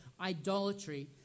idolatry